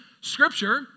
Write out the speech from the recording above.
scripture